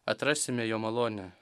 atrasime jo malonę